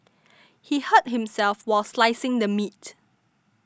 he hurt himself while slicing the meat